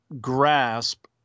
grasp